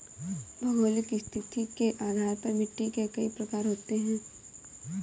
भौगोलिक स्थिति के आधार पर मिट्टी के कई प्रकार होते हैं